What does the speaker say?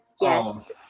yes